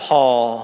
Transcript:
Paul